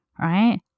Right